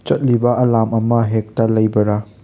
ꯆꯠꯂꯤꯕ ꯑꯂꯥꯔꯝ ꯑꯃ ꯍꯦꯛꯇ ꯂꯩꯕ꯭ꯔꯥ